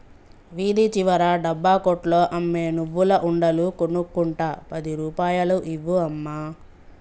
వీధి చివర డబ్బా కొట్లో అమ్మే నువ్వుల ఉండలు కొనుక్కుంట పది రూపాయలు ఇవ్వు అమ్మా